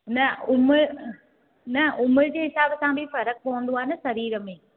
न उमिरि न उमिरि जे हिसाब सां बि फरक पवंदो आहे न शरीर में